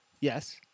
Yes